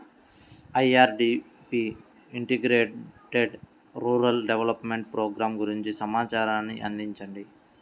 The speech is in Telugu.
IRDP integrated rural development program గురించి సమాచారాన్ని అందించండి?